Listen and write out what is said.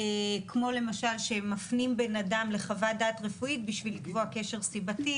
כמו למשל כשמפנים בן אדם לחוות דעת רפואית בשביל לקבוע קשר סיבתי.